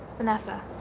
vanessa.